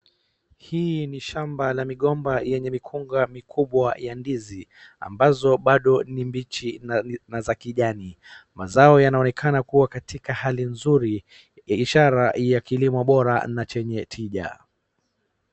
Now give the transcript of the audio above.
Hii ni shamba la migomba yenye mikunga mikubwa ya ndizi ambazo bado ni mbichi na za kijani. Mazao yanaonekana kuwa katika hali nzuri ishara ya kilimo bora na chenye tija.